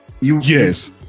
Yes